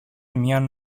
μιαν